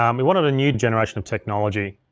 um we wanted a new generation of technology.